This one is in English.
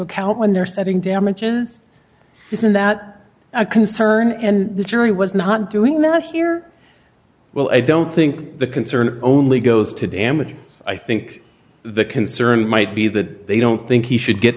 account when they're setting damages isn't that a concern and the jury was not doing that here well i don't think the concern only goes to damages i think the concern might be that they don't think he should get